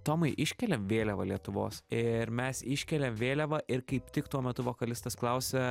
tomai iškeliam vėliavą lietuvos ir mes iškeliam vėliavą ir kaip tik tuo metu vokalistas klausia